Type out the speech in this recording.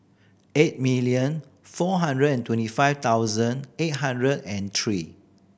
eight million four hundred and twenty five thousand eight hundred and three